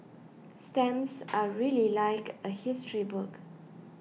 stamps are really like a history book